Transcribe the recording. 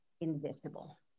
invisible